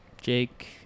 Jake